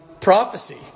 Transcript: Prophecy